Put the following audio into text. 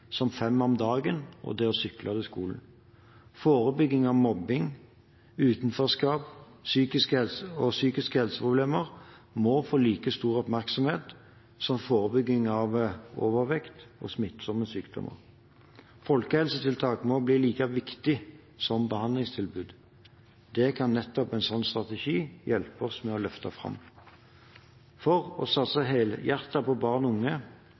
som fem om dagen og det å sykle til skolen. Forebygging av mobbing, utenforskap og psykiske helseproblemer må få like stor oppmerksomhet som forebygging av overvekt og smittsomme sykdommer. Folkehelsetiltak må bli like viktig som behandlingstilbud. Det kan nettopp en slik strategi hjelpe oss med å løfte fram. Å satse helhjertet på barn og unge